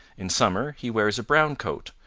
in summer he wears a brown coat,